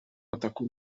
ataku